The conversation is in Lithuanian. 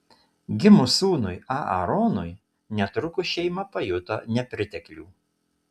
gimus sūnui aaronui netrukus šeima pajuto nepriteklių